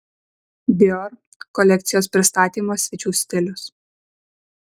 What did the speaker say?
dior kolekcijos pristatymo svečių stilius